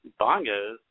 Bongos